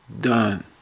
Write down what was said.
done